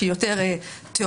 שהיא יותר טהורה,